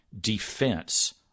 defense